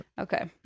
Okay